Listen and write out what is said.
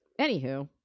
anywho